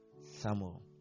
Samuel